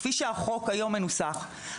כפי שהחוק היום מנוסח,